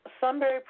Sunbury